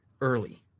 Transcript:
early